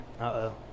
Uh-oh